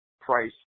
price